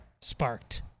sparked